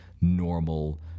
normal